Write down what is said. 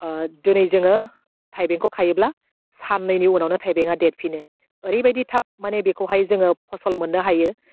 ओह दोनै जोङो थाइबेंखौ खायोब्ला साननैनि उनावनो थाइबेंआ देरफिनो ओरैबायदि थाब माने बेखौहाय जोङो फसल मोननो हायो